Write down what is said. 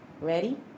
Ready